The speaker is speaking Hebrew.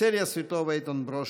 קסניה סבטלובה, איתן ברושי,